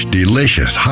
delicious